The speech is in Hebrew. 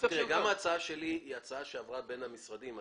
גם ההצעה שלי היא הצעה שעברה בין המשרדים.